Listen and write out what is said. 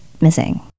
missing